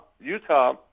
Utah